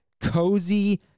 Cozy